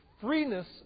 freeness